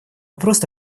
просто